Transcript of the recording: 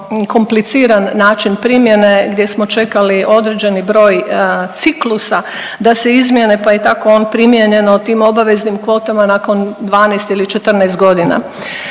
kompliciran način primjene gdje smo čekali određeni broj ciklusa da se izmijene pa je tako on primijenjen o tim obaveznim kvotama nakon 12 ili 14 godina